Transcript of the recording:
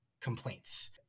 complaints